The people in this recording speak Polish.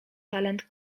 talent